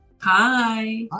Hi